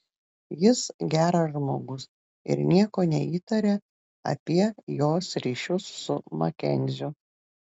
jis geras žmogus ir nieko neįtaria apie jos ryšius su makenziu